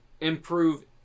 improve